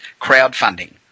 crowdfunding